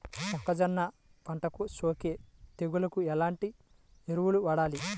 మొక్కజొన్న పంటలకు సోకే తెగుళ్లకు ఎలాంటి ఎరువులు వాడాలి?